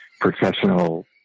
professional